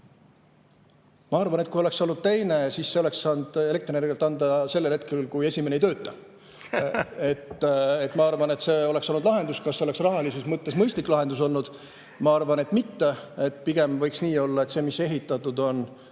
Ma arvan, et kui oleks olnud teine [plokk], siis see oleks saanud elektrienergiat anda sellel hetkel, kui esimene ei tööta. (Naer.) Ma arvan, et see oleks olnud lahendus. Kas see oleks rahalises mõttes mõistlik lahendus olnud? Ma arvan, et mitte. Pigem võiks nii olla, et see, mis ehitatud on,